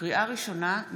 לקריאה ראשונה,